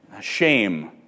shame